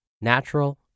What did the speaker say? natural